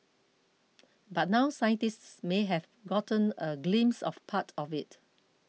but now scientists may have gotten a glimpse of part of it